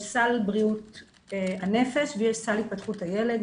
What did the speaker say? יש סל בריאות הנפש ויש סל התפתחות הילד.